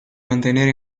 mantener